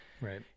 Right